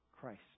Christ